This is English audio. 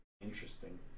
Interesting